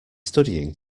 studying